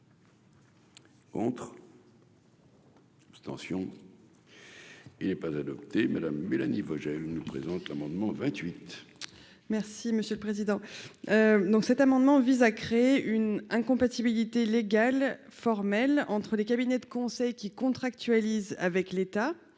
Entre. Tension et il n'est pas adopté Madame Mélanie Vogel nous présente l'amendement 28. Merci monsieur le président, donc, cet amendement vise à créer une incompatibilité légale formelle entre les cabinets de conseil qui contractualisé avec l'État